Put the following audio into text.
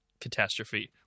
catastrophe